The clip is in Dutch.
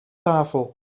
tafel